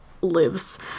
lives